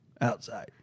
outside